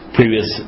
previous